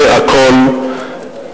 זה הכול,